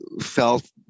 felt